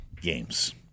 Games